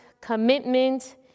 commitment